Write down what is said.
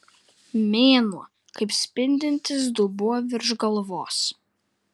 mėnuo kaip spindintis dubuo virš galvos